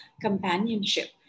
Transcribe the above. companionship